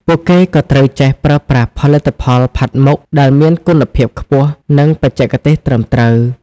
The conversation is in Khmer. ពួកគេក៏ត្រូវចេះប្រើប្រាស់ផលិតផលផាត់មុខដែលមានគុណភាពខ្ពស់ និងបច្ចេកទេសត្រឹមត្រូវ។